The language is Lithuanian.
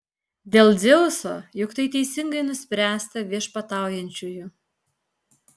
dėl dzeuso juk tai teisingai nuspręsta viešpataujančiųjų